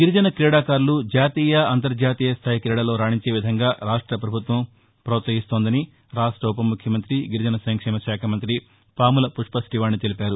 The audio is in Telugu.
గిరిజన క్రీడాకారులు జాతీయ అంతర్జాతీయ స్థాయి క్రీడల్లో రాణించే విధంగా రాష్ట పభుత్వం ప్రోత్సహిస్తోందని రాష్ట ఉప ముఖ్యమంతి గిరిజన సంక్షేమ శాఖ మంతి పాముల పుష్పరీవాణి తెలిపారు